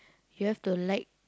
you have to like